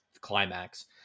climax